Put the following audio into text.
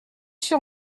sur